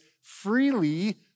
freely